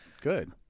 good